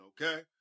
Okay